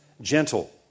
gentle